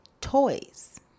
toys